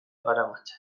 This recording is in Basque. garamatza